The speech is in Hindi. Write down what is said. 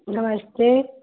नमस्ते